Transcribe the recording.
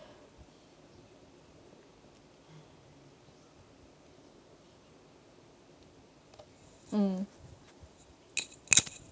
mm